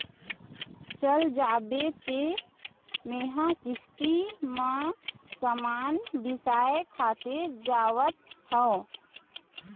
चल जाबे तें मेंहा किस्ती म समान बिसाय खातिर जावत हँव